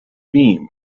beam